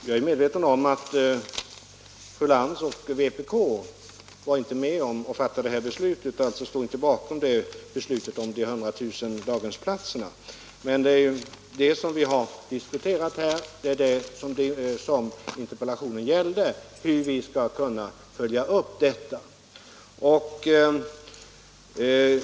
Herr talman! Jag är medveten om att fru Lantz och vpk inte står bakom beslutet om de 100 000 daghemsplatserna, men det är ju detta beslut vi har diskuterat här, och interpellationen gäller hur vi skall kunna följa upp beslutet.